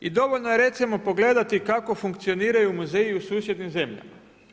I dovoljno je recimo pogledati kako funkcioniraju muzeji u susjednim zemljama.